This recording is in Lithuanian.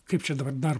kaip čia dabar dar